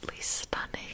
stunning